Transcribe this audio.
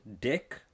Dick